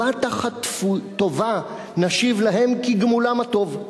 טובה תחת טובה נשיב להן, כגמולן הטוב.